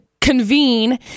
convene